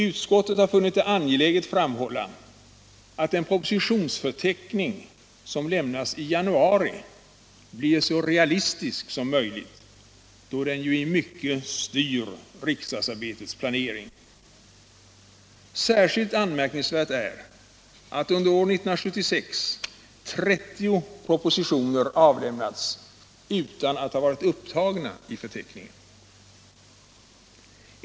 Utskottet har funnit det angeläget framhålla att den propositionsförteckning som lämnas i januari blir så realistisk som möjligt, då den ju i mycket styr riksdagsarbetets planering. Särskilt anmärkningsvärt är att under år 1976 30 propositioner avlämnats utan att ha varit upptagna i förteckningen.